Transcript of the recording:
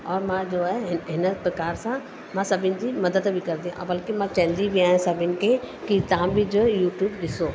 और मांजो आहे हि हिन प्रकार सां मां सभिनी जी मदद बि कंदी और बल्कि मां कैदी बि आहियां सभिनी खे कि तव्हां बि जो यूट्यूब ॾिसो